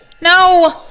No